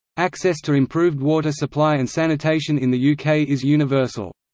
access to improved water supply and sanitation in the yeah uk is universal.